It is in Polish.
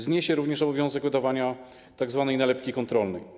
Znosi się również obowiązek wydawania tzw. nalepki kontrolnej.